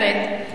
אבל אני אומרת,